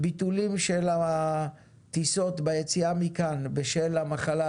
ביטולים של הטיסות ביציאה מכאן בשל המחלה